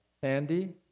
Sandy